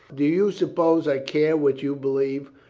do you suppose i care what you believe?